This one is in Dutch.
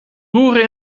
roeren